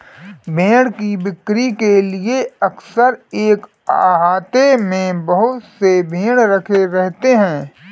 भेंड़ की बिक्री के लिए अक्सर एक आहते में बहुत से भेंड़ रखे रहते हैं